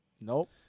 Nope